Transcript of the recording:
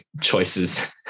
choices